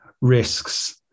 risks